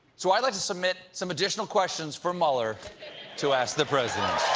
so i'd like to submit some additional questions for mueller to ask the president.